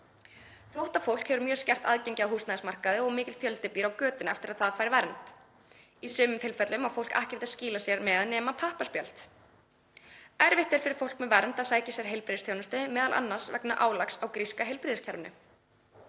Flóttafólk hefur mjög skert aðgengi að húsnæðismarkaði og mikill fjöldi býr á götunni eftir að það fær vernd. Í sumum tilfellum á fólk ekkert til að skýla sér með nema pappaspjöld. Erfitt er fyrir fólk með vernd að sækja sér heilbrigðisþjónustu m.a. vegna álags á gríska heilbrigðiskerfinu.